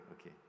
okay